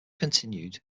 continued